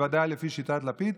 בוודאי לפי שיטת לפיד.